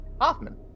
Hoffman